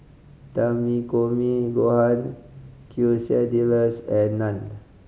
Takikomi Gohan Quesadillas and Naan